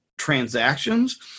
transactions